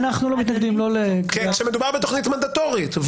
כשמדובר בתוכנית מנדטורית.